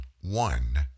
one